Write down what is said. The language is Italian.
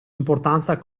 importanza